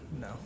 no